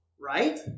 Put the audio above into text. right